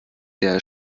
der